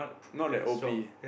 not that o_p